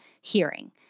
hearing